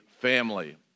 family